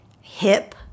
hip